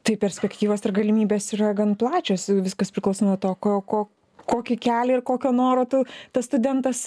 tai perspektyvos ir galimybės yra gan plačios viskas priklauso nuo to ko ko kokį kelią ir kokio noro tu tas studentas